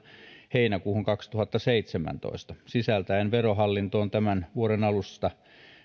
heinäkuuhun kaksituhattaseitsemäntoista sisältäen verohallintoon tämän vuoden alusta